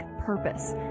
purpose